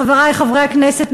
חברי חברי הכנסת,